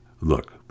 Look